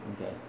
Okay